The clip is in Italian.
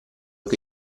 che